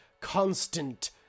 constant